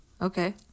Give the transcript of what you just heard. Okay